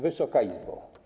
Wysoka Izbo!